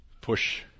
push